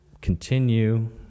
continue